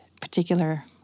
particular